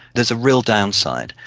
there's a real downside.